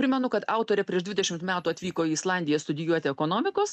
primenu kad autorė prieš dvidešimt metų atvyko į islandiją studijuoti ekonomikos